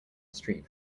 street